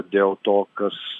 dėl to kas